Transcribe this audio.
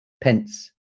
pence